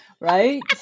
Right